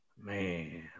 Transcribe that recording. Man